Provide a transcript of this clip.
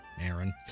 Aaron